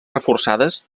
reforçades